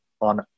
on